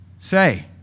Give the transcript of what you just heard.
Say